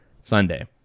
Sunday